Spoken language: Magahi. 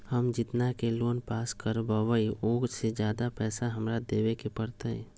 हम जितना के लोन पास कर बाबई ओ से ज्यादा पैसा हमरा देवे के पड़तई?